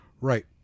right